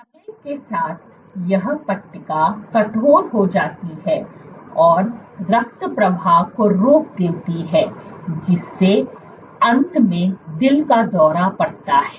समय के साथ यह पट्टिका कठोर हो जाती है और रक्त प्रवाह को रोक देती है जिससे अंत में दिल का दौरा पड़ता है